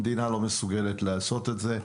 המדינה לא מסוגלת לעשות את זה,